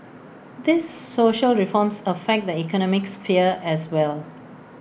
these social reforms affect the economic sphere as well